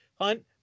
Hunt